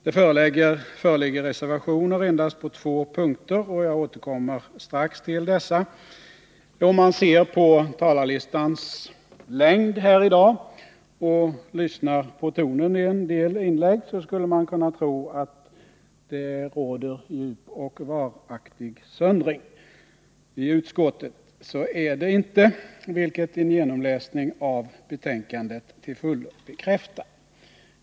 Det föreligger reservationer endast på två punkter — jag återkommer strax till dessa. Om man ser på talarlistans längd här i dag och lyssnar på tonen i en del inlägg skulle man kunna tro att det råder djup och varaktig söndring i utskottet. Så är det inte, vilket en genomläsning av betänkandet till fullo bekräftar.